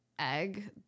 egg